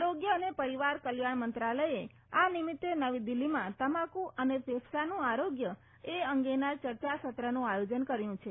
આરોગ્ય અને પરિવાર કલ્યાણ મંત્રાલયે આ નિમિત્તે નવી દિલ્હીમાં તમાકુ અને ફેફસાનું આરોગ્યએ અંગેના ચર્ચાસત્રનું આયોજન કર્યું છે